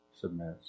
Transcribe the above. submits